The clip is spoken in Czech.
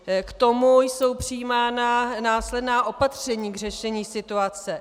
K tomu jsou přijímána následná opatření k řešení situace.